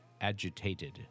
agitated